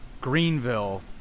greenville